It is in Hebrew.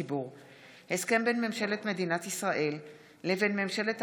התש"ף 2020. לדיון מוקדם,